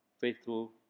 faithful